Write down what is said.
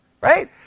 right